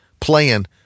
playing